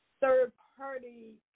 third-party